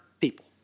people